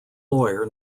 lawyer